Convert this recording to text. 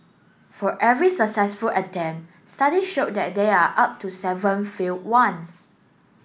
for every successful attempt study show that there are up to seven failed ones